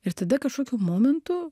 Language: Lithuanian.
ir tada kažkokiu momentu